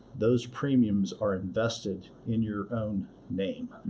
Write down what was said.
those premiums are invested in your own name.